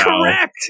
correct